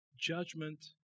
judgment